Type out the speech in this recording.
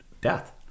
death